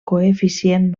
coeficient